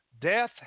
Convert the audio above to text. death